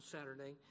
Saturday